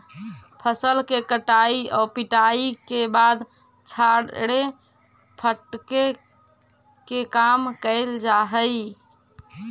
फसल के कटाई आउ पिटाई के बाद छाड़े फटके के काम कैल जा हइ